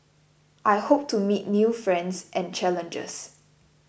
I hope to meet new friends and challenges